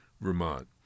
vermont